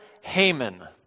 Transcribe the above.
Haman